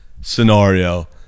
scenario